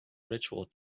ritual